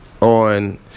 on